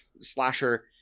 slasher